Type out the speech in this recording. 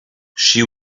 she